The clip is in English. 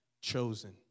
chosen